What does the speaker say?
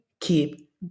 keep